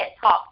talk